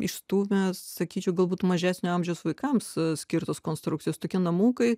išstūmęs sakyčiau galbūt mažesnio amžiaus vaikams skirtos konstrukcijos tokie namukai